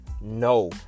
no